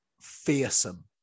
fearsome